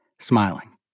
smiling